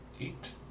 Eight